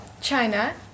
China